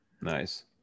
Nice